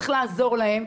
צריך לעזור להן.